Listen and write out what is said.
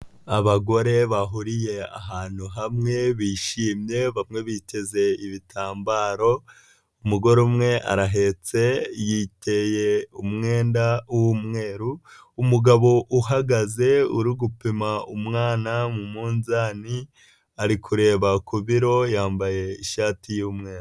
Abagore bahuriye ahantu hamwe, bishimye, bamwe biteze ibitambaro, umugore umwe arahetse, yiteye umwenda w'umweru, umugabo uhagaze uri gupima umwana mu munzani, ari kureba ku biro, yambaye ishati y'umweru.